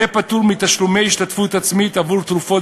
יהיה פטור מתשלומי השתתפות עצמית עבור תרופות